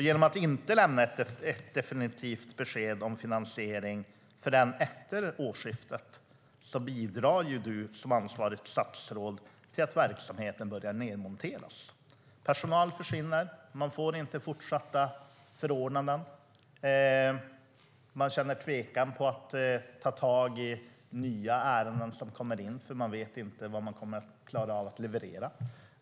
Genom att inte lämna ett definitivt besked om finansiering förrän efter årsskiftet bidrar ju du som ansvarigt statsråd till att verksamheten börjar nedmonteras. Personal försvinner, man får inte fortsatta förordnanden och man känner tvekan inför att ta tag i nya ärenden som kommer in eftersom man inte vet vad man kommer att klara av att leverera.